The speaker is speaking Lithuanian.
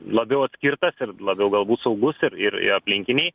labiau atskirtas ir labiau galbūt saugus ir ir aplinkiniai